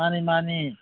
ꯃꯥꯟꯅꯤ ꯃꯥꯟꯅꯤ